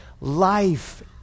life